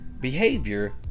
behavior